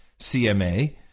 CMA